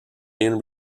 been